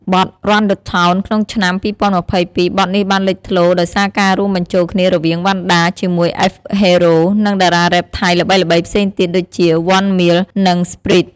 បទ "RUN THE TOWN" ក្នុង ឆ្នាំ២០២២ បទនេះបានលេចធ្លោដោយសារការរួមបញ្ចូលគ្នារវាងវណ្ណដាជាមួយ F.HERO និងតារារ៉េបថៃល្បីៗផ្សេងទៀតដូចជា 1MILL និង SPRITE។